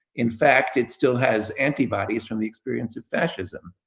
in fact it still has antibodies from the experience of fascism.